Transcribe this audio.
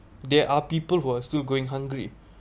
there are people who are still going hungry